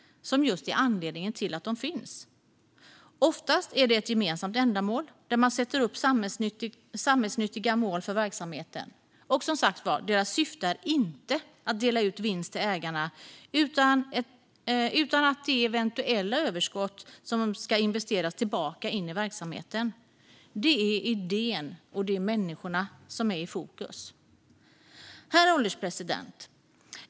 Det är just anledningen till att de finns. Oftast är det ett gemensamt ändamål - och man sätter upp samhällsnyttiga mål för verksamheten. Och, som sagt, deras syfte är inte att dela ut vinst till ägarna, utan eventuella överskott ska investeras tillbaka in i verksamheten. Det är idén och människorna som är i fokus. Herr ålderspresident!